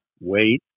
Wait